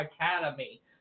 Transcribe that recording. Academy